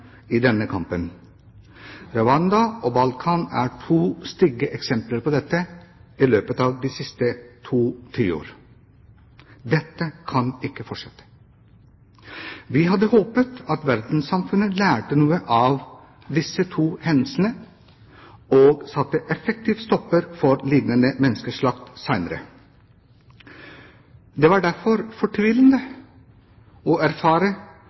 i denne kampen. Rwanda og Balkan er to stygge eksempler på dette i løpet av de siste to tiårene. Dette kan ikke fortsette. Vi hadde håpet at verdenssamfunnet lærte noe av disse to hendelsene, og at man satte en effektiv stopper for lignende menneskeslakt senere. Det var derfor fortvilende å erfare